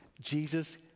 Jesus